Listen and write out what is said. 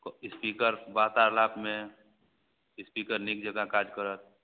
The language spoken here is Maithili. इस्पीकर वार्तालापमे इस्पीकर नीक जकाँ काज करत